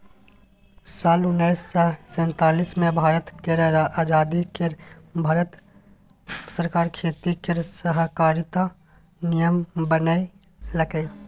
साल उन्नैस सय सैतालीस मे भारत केर आजादी केर बाद भारत सरकार खेती केर सहकारिता नियम बनेलकै